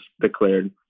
declared